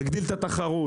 להגדיל את התחרות.